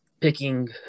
picking